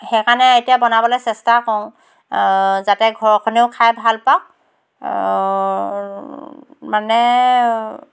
সেই কাৰণে আৰু এতিয়া বনাবলৈ চেষ্টা কৰোঁ যাতে ঘৰখনেও খাই ভাল পাওক মানে